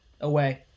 away